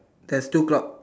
there's two clock